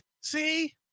See